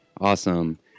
awesome